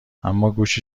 اماگوش